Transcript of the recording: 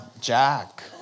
Jack